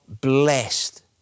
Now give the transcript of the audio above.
blessed